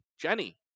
Jenny